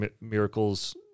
miracles